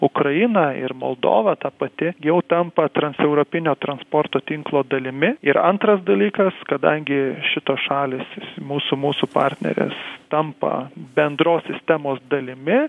ukraina ir moldova ta pati jau tampa transeuropinio transporto tinklo dalimi ir antras dalykas kadangi šitos šalys mūsų mūsų partnerės tampa bendros sistemos dalimi